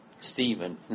Stephen